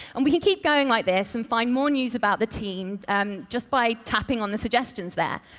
and we can keep going like this and find more news about the team um just by tapping on the suggestions there.